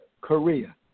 Korea